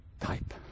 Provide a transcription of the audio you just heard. type